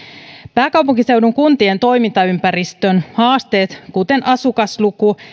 pääkaupunkiseudun kuntien toimintaympäristön haasteet kuten asukasluku